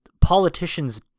politicians